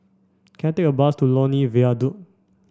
can I take a bus to Lornie Viaduct